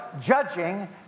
judging